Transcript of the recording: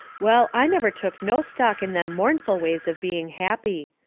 well, i never took no stock in them mournful ways of being happy.